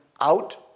out